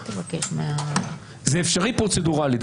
זה אפשרי פרוצדורלית.